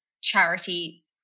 charity